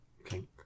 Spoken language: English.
okay